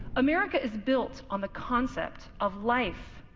america is built on the concept of life,